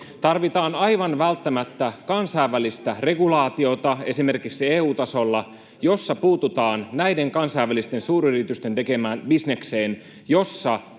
Tarvitaan aivan välttämättä kansainvälistä regulaatiota esimerkiksi EU-tasolla, jossa puututaan näiden kansainvälisten suuryritysten tekemään bisnekseen, jossa